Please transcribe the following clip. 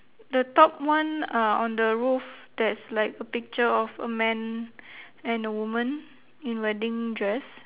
the top one uh on the roof there's like a picture of a man and woman in wedding dress